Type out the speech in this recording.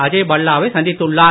அஜய் பல்லா வை சந்தித்துள்ளார்